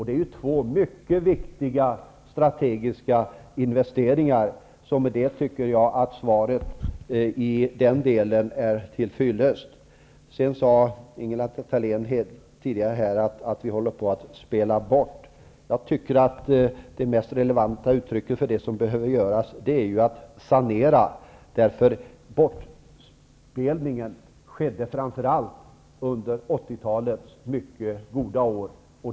Det är ju två strategiskt mycket viktiga investeringar; med det tycker jag att svaret i den delen är till fyllest. Ingela Thalén sade tidigare att vi har spelat bort möjligheter. Jag tycker att sanering är det mest relevanta uttrycket för det som behöver göras. Sanering är vad som behövs. Bortspelningen skedde framför allt under 1980-talets mycket goda år.